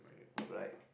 all right